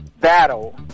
battle